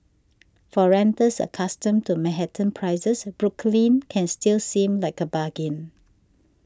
for renters accustomed to Manhattan prices Brooklyn can still seem like a bargain